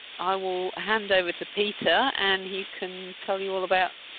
i will hand over to peter and he can tell you all about.